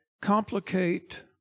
complicate